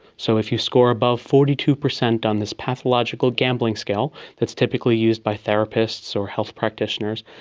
so if you score above forty two percent on this pathological gambling scale that is typically used by therapists or health practitioners,